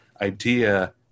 idea